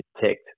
detect